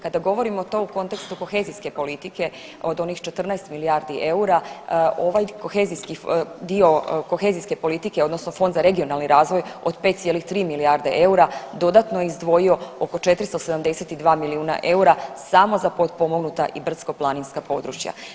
Kada govorimo to u kontekstu kohezijske politike od onih 14 milijardi eura ovaj dio kohezijske politike odnosno Fond za regionalni razvoj od 5,3 milijardi eura dodatno je izdvojio oko 472 milijuna eura samo za potpomognuta i brdsko-planinska područja.